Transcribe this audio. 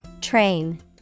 Train